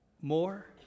more